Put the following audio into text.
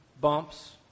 bumps